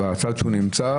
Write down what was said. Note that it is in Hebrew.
בצד שהוא נמצא.